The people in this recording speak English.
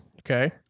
Okay